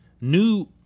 new